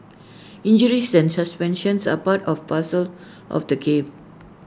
injuries centre suspensions are part of parcel of the game